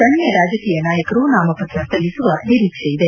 ಗಣ್ಯ ರಾಜಕೀಯ ನಾಯಕರು ನಾಮಪತ್ರ ಸಲ್ಲಿಸುವ ನಿರೀಕ್ಷೆಯಿದೆ